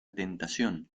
tentación